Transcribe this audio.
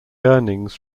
earnings